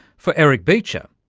for eric beecher,